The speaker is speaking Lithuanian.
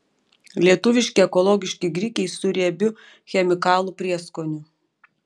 lietuviški ekologiški grikiai su riebiu chemikalų prieskoniu